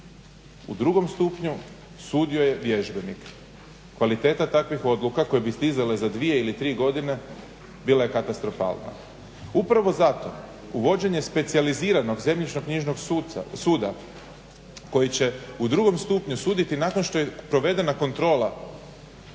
u drugom stupnju sudio je vježbenik. Kvaliteta takvih odluka koje bi stizale za dvije ili tri godine bila je katastrofalna. Upravo zato uvođenje specijaliziranog zemljišno-knjižnog suda koji će u drugom stupnju suditi nakon što je provedena kontrola